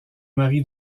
mari